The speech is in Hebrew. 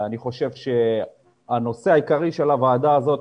אני חושב שהנושא העיקרי של הוועדה הזאת